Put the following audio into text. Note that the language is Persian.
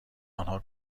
آنها